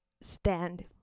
stand